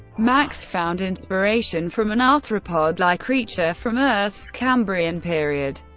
max found inspiration from an arthropod-like creature from earth's cambrian period,